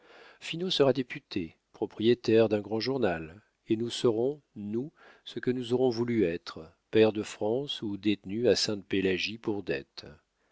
gloire finot sera député propriétaire d'un grand journal et nous serons nous ce que nous aurons voulu être pairs de france ou détenus à sainte-pélagie pour dettes